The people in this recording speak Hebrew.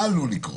מה עלול לקרות?